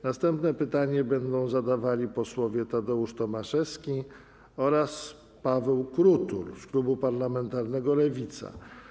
Następne pytanie będą zadawali posłowie Tadeusz Tomaszewski oraz Paweł Krutul z klubu parlamentarnego Lewica.